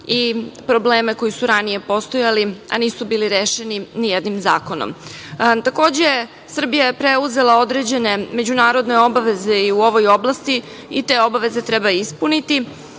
i probleme koji su ranije postojali, a nisu bili rešeni nijednim zakonom. Takođe, Srbija je preuzela određene međunarodne obaveze i u ovoj oblasti i te obaveze treba ispuniti,